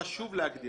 לכן חשוב להגדיר.